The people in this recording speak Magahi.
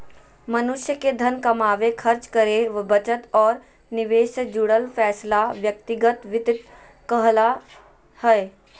मनुष्य के धन कमावे, खर्च करे, बचत और निवेश से जुड़ल फैसला व्यक्तिगत वित्त कहला हय